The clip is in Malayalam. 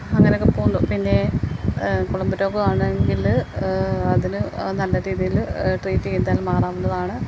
അങ്ങനെയൊക്കെ പോവുന്നു പിന്നെ കുളമ്പു രോഗമാണെങ്കിൽ അതിന് നല്ല രീതിയിൽ ട്രീറ്റ് ചെയ്താൽ മാറാവുന്നതാണ്